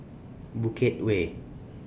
Bukit Way